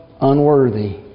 unworthy